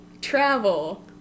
Travel